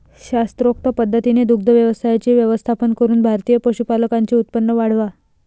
शास्त्रोक्त पद्धतीने दुग्ध व्यवसायाचे व्यवस्थापन करून भारतीय पशुपालकांचे उत्पन्न वाढवा